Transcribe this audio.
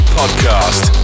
podcast